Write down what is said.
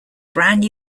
brand